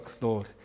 Lord